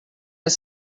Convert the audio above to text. els